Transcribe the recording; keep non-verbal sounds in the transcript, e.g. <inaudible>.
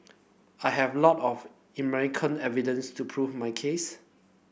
I have lot of <unintelligible> evidence to prove my case